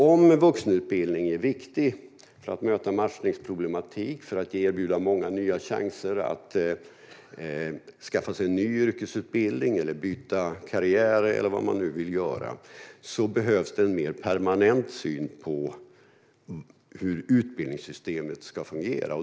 Om vuxenutbildningen är viktig för att möta matchningsproblematiken och för att erbjuda många en chans att skaffa en ny yrkesutbildning, byta karriär eller vad man nu vill göra behövs en mer permanent syn på hur utbildningssystemet ska fungera.